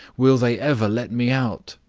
will they ever let me out?